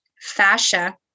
Fascia